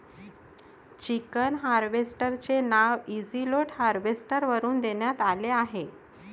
chicken harvester चे नाव easy load harvester वरून देण्यात आले आहे